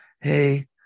hey